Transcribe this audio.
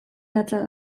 latza